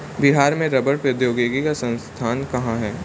बिहार में रबड़ प्रौद्योगिकी का संस्थान कहाँ है?